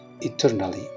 eternally